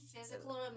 physical